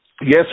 Yes